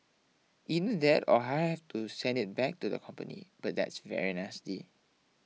either that or I have to send it back to the company but that's very nasty